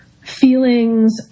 feelings